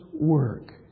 work